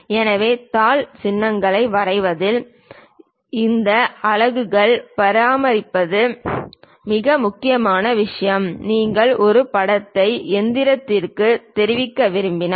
எனவே தாள் சின்னங்களை வரைவதில் இந்த அலகுகள் பரிமாணமளிப்பது மிக முக்கியமான விஷயம் நீங்கள் ஒரு படத்தை எந்திரத்திற்கு தெரிவிக்க விரும்பினால்